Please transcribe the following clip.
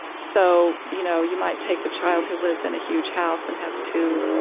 so, you know, you might take the child who lives in a huge house and has two,